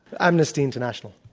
amnesty international.